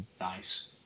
Nice